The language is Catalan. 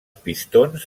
pistons